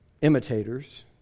imitators